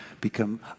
become